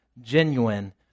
genuine